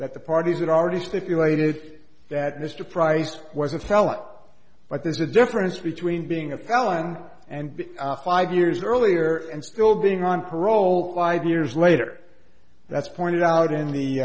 that the parties would already stipulated that mr price was a fellow but there's a difference between being a felon and five years earlier and still being on parole either years later that's pointed out in the